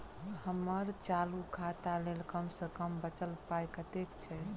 हम्मर चालू खाता लेल कम सँ कम बचल पाइ कतेक छै?